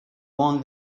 won